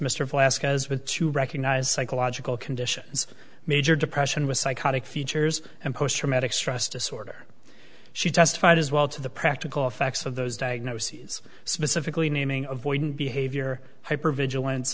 you recognize psychological conditions major depression with psychotic features and post traumatic stress disorder she testified as well to the practical effects of those diagnoses specifically naming avoidant behavior hypervigilance